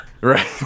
Right